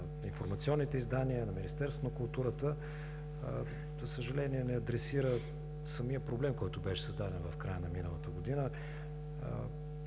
информационните издания, на Министерството на културата. За съжаление не адресира самия проблем, който беше създаден в края на миналата година.